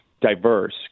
diverse